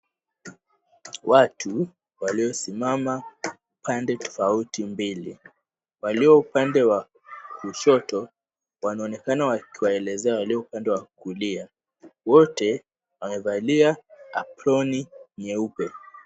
Watu waliosimama pande tofauti mbili, walio upande wa kushoto, wanaonekana wakiwaelezea walio upande wa kulia. Wote wamevalia aproni nyeupe.